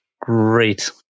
great